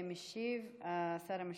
משיב, שר המשפטים,